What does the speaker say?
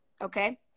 okay